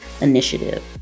Initiative